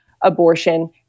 abortion